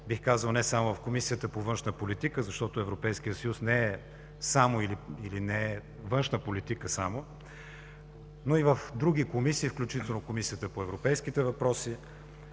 бих казал не само в Комисията по външна политика, защото Европейският съюз не е само външна политика, но и в други комисии, включително Комисията по европейските въпроси.